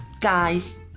Guys